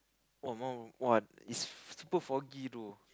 !wah! !wah! is super foggy though